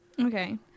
Okay